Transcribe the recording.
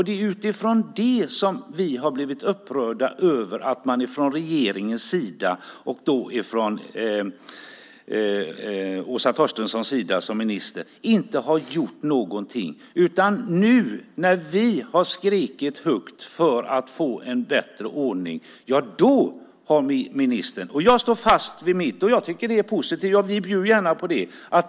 Det är därför vi varit upprörda, alltså för att man från regeringens och Åsa Torstenssons sida inte gjort någonting. Nu när vi skrikit högt för att få en bättre ordning har ministern gett ett svar. Och jag tycker att det är positivt. Vi bjuder gärna på det.